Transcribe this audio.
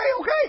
okay